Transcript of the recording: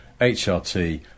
HRT